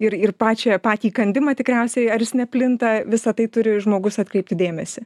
ir ir pačią patį įkandimą tikriausiai ar jis neplinta visa tai turi žmogus atkreipti dėmesį